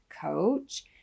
coach